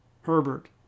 Herbert